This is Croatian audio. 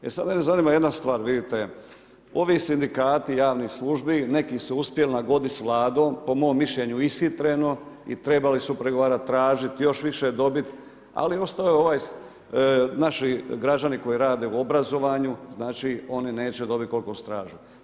E sad mene zanima jedna stvar, vidite, ovi sindikati javnih službi, neki su se uspjeli nagoditi s Vladom, po mom mišljenju ishitreno i trebali su pregovarati, tražiti, još više dobiti, ali ostao je ovaj, naši građani koji rade u obrazovanju, znači oni neće dobiti koliko su tražili.